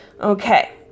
okay